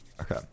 Okay